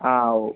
ആ ഓ